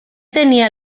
tenia